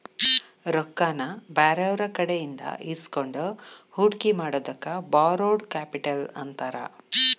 ರೊಕ್ಕಾನ ಬ್ಯಾರೆಯವ್ರಕಡೆಇಂದಾ ಇಸ್ಕೊಂಡ್ ಹೂಡ್ಕಿ ಮಾಡೊದಕ್ಕ ಬಾರೊಡ್ ಕ್ಯಾಪಿಟಲ್ ಅಂತಾರ